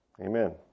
Amen